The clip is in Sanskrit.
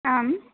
आम्